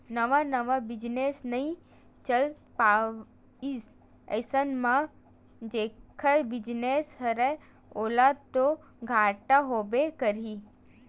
नवा नवा बिजनेस नइ चल पाइस अइसन म जेखर बिजनेस हरय ओला तो घाटा होबे करही